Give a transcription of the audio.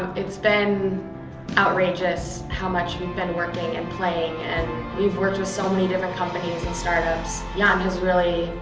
it's been outrageous how much we've been working and playing and we've worked with so many different companies and startups. jan yeah um has really,